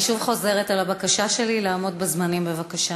אני שוב חוזרת על הבקשה שלי לעמוד בזמנים, בבקשה.